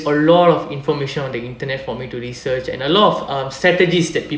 a lot of information on the internet for me to research and a lot of um strategies that